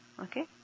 Okay